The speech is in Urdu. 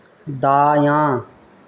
دایاں